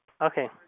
Okay